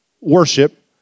worship